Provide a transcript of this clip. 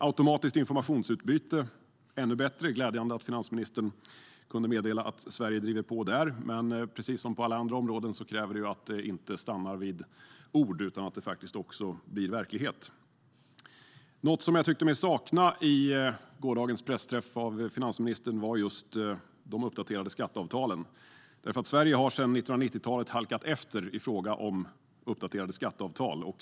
Automatiskt informationsutbyte är ännu bättre. Det är glädjande att finansministern kunde meddela att Sverige driver på där. Men precis som på alla andra områden kräver det att det inte stannar vid ord utan att det faktiskt också blir verklighet. Något som jag tyckte mig sakna i gårdagens pressträff med finansministern var just de uppdaterade skatteavtalen. Sverige har nämligen sedan 1990-talet halkat efter i fråga om uppdaterade skatteavtal.